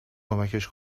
کمکش